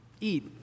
eat